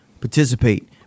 participate